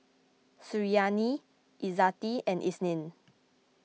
Suriani Izzati and Isnin